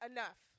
Enough